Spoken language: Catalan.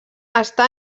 està